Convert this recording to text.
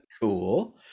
Cool